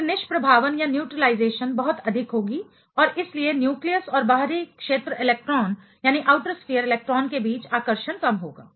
फिर निष्प्रभावन न्यूट्रलाइजेशन बहुत अधिक होगी और इसलिए न्यूक्लियस और बाहरी क्षेत्र इलेक्ट्रॉन के बीच आकर्षण कम होगा